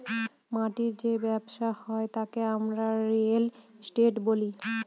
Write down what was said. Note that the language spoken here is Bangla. মাটির যে ব্যবসা হয় তাকে আমরা রিয়েল এস্টেট বলি